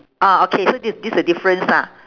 orh okay so this is this is the difference lah